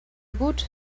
gut